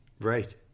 Right